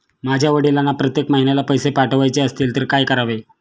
माझ्या वडिलांना प्रत्येक महिन्याला पैसे पाठवायचे असतील तर काय करावे?